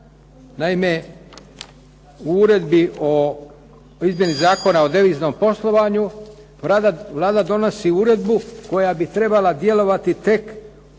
Naime, u Uredbi o primjeni Zakona o deviznom poslovanju Vlada donosi uredbu koja bi trebala djelovati tek od 1.